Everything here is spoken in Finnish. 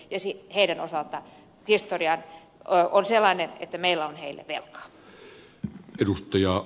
heidän osaltaan historia on sellainen että meillä on heille velkaa